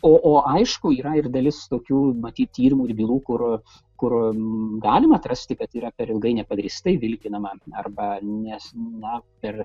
o o aišku yra ir dalis tokių matyt tyrimų ir bylų kur kur galima atrasti kad yra per ilgai nepagrįstai vilkinama arba nes na ir